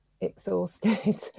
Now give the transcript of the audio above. exhausted